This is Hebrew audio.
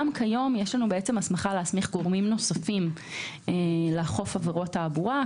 גם היום יש לנו הסמכה להסמיך גורמים נוספים לאכוף עבירות תעבורה.